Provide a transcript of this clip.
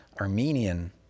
Armenian